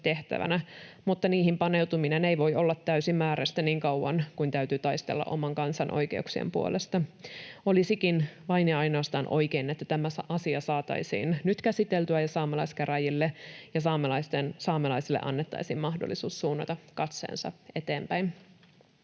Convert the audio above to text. mutta niihin paneutuminen ei voi olla täysimääräistä niin kauan kuin täytyy taistella oman kansan oikeuksien puolesta. Olisikin vain ja ainoastaan oikein, että tämä asia saataisiin nyt käsiteltyä ja saamelaiskäräjille ja saamelaisille annettaisiin mahdollisuus suunnata katseensa eteenpäin.